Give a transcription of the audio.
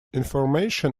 information